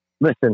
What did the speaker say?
listen